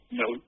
no